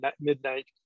midnight